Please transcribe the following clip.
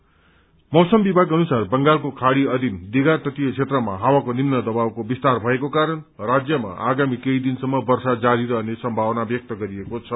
weather मौसम विभाग अनुसार बंगालको खाड़ी अधीन दीघा तटीय क्षेत्रमा हावाको निम्न दबावको विस्तार भएको कारण राज्यमा आगामी केही दिनसम्म वर्षा जारी रहने सम्भावना व्यक्त गरेको छ